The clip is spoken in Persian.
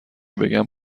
بگم